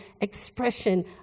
expression